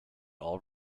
all